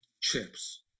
chips